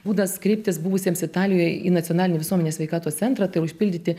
būdas kreiptis buvusiems italijoj į nacionalinį visuomenės sveikatos centrą tai užpildyti